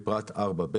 בפרט 4(ב),